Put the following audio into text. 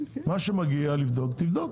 מה שצריך לבדוק, תבדוק.